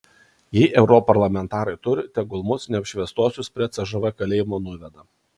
jei europarlamentarai turi tegul mus neapšviestuosius prie cžv kalėjimo nuveda